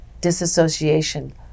disassociation